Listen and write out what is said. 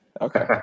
Okay